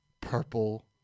Purple